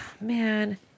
Man